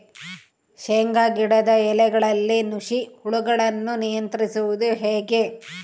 ಶೇಂಗಾ ಗಿಡದ ಎಲೆಗಳಲ್ಲಿ ನುಷಿ ಹುಳುಗಳನ್ನು ನಿಯಂತ್ರಿಸುವುದು ಹೇಗೆ?